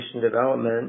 development